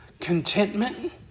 contentment